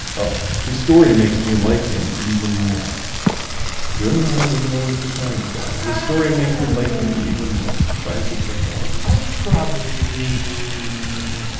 oh his story makes me like him even more bill nye wasn't always the science guy his story makes me like him even more science and technology i probably